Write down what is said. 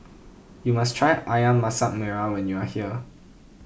you must try Ayam Masak Merah when you are here